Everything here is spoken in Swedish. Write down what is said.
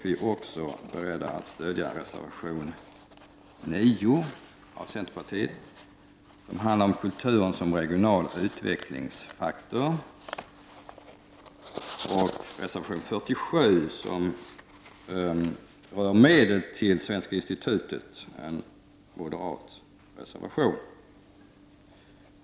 Vi är också beredda att stödja reservation 9 av centerpartiet. Den handlar om kulturen som regional utvecklingsfaktor. Vi stödjer också reservation 47 som berör medel till Svenska institutet, en moderat reservation.